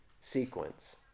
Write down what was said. sequence